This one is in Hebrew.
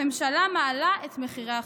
הממשלה מעלה את מחירי החשמל.